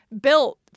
built